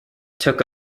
took